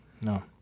No